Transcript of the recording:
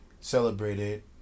celebrated